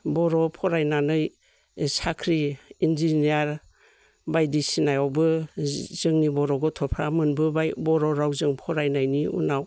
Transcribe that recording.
बर'फरायनानै साख्रि इन्जिनियार बायदि सिनायावबो जोंनि बर' गथ'फ्रा मोनबोबाय बर'रावजों फरायनायनि उनाव